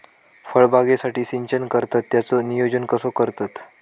फळबागेसाठी सिंचन करतत त्याचो नियोजन कसो करतत?